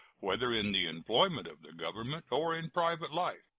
whether in the employment of the government or in private life,